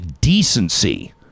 decency